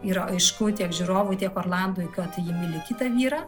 yra aišku tiek žiūrovui tiek orlandui kad ji myli kitą vyrą